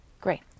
Great